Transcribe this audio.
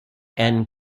and